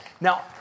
Now